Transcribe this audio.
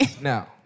Now